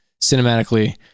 cinematically